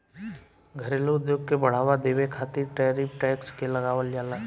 घरेलू उद्योग के बढ़ावा देबे खातिर टैरिफ टैक्स के लगावल जाला